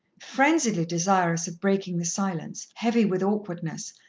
frenziedly desirous of breaking the silence, heavy with awkwardness,